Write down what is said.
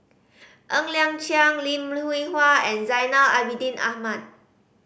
Ng Liang Chiang Lim Hwee Hua and Zainal Abidin Ahmad